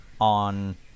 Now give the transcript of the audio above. on